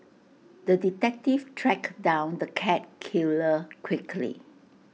the detective tracked down the cat killer quickly